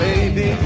Baby